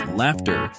laughter